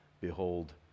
behold